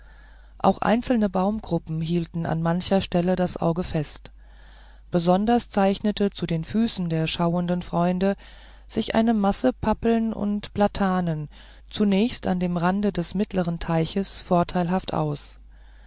auch einzelne baumgruppen hielten an mancher stelle das auge fest besonders zeichnete zu den füßen der schauenden freunde sich eine masse pappeln und platanen zunächst an dem rande des mittleren teiches vorteilhaft aus